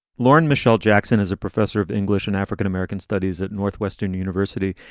lauren, michelle jackson is a professor of english and african-american studies at northwestern university.